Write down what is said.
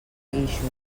guíxols